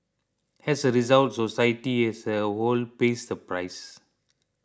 as a result society as a whole pays the price